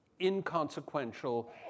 inconsequential